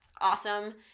awesome